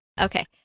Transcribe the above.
Okay